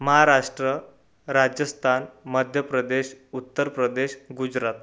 Maharashtra Rajasthan Madhya Pradesh Uttar Pradesh Gujarat